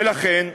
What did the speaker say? ולכן,